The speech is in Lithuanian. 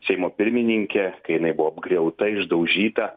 seimo pirmininke kai jinai buvo apgriauta išdaužyta